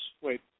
wait